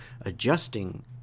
adjusting